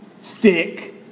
thick